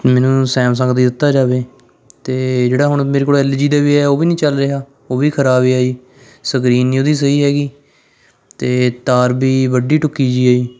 ਮੈਨੂੰ ਸੈਮਸੰਗ ਦਾ ਹੀ ਦਿੱਤਾ ਜਾਵੇ ਅਤੇ ਜਿਹੜਾ ਹੁਣ ਮੇਰੇ ਕੋਲ ਐੱਲ ਜੀ ਦੇ ਵੀ ਹੈ ਉਹ ਵੀ ਨਹੀਂ ਚੱਲ ਰਿਹਾ ਉਹ ਵੀ ਖਰਾਬ ਆ ਜੀ ਸਕਰੀਨ ਨਹੀਂ ਉਹਦੀ ਸਹੀ ਹੈਗੀ ਅਤੇ ਤਾਰ ਵੀ ਵੱਢੀ ਟੁੱਕੀ ਜਿਹੀ ਹੈ ਜੀ